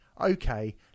okay